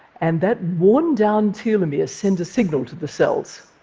and that worn down telomere sends a signal to the cells.